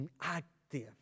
active